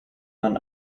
man